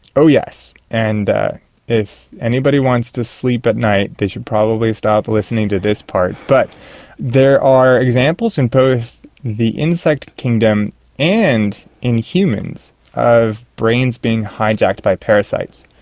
oh yes, and if anybody wants to sleep at night they should probably stop listening to this part. but there are examples in both the insect kingdom and in humans of brains being hijacked by parasites.